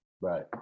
Right